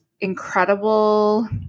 incredible